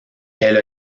elle